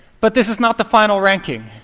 but this is not the final ranking.